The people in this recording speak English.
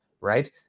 right